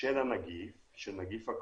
של נגיף הקורונה,